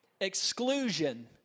exclusion